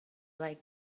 lake